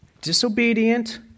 disobedient